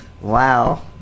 Wow